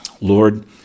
Lord